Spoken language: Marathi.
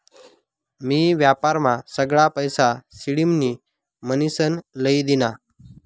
मी व्यापारमा सगळा पैसा सिडमनी म्हनीसन लई दीना